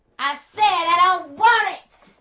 i said i don't want it!